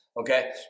Okay